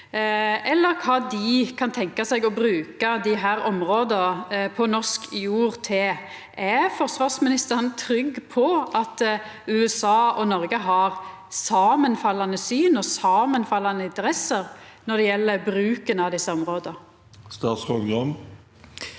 eller kva dei kan tenkja seg å bruka desse områda på norsk jord til. Er forsvarsministeren trygg på at USA og Noreg har samanfallande syn og samanfallande interesser når det gjeld bruken av desse områda? Statsråd